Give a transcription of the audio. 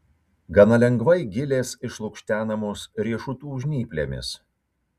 gana lengvai gilės išlukštenamos riešutų žnyplėmis